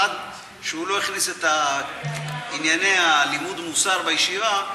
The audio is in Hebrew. עד שהוא לא הכניס את ענייני לימוד המוסר לישיבה,